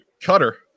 Cutter